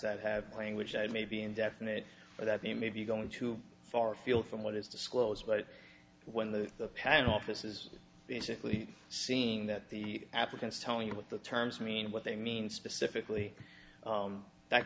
insight have language that may be indefinite or that they may be going too far afield from what is disclosed but when the patent office is basically seeing that the applicant is telling you what the terms mean what they mean specifically that